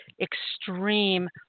extreme